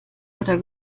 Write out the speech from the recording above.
oder